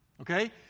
Okay